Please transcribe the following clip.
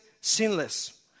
sinless